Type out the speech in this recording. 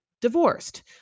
divorced